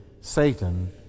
Satan